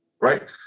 right